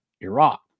Iraq